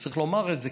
צריך לומר את זה,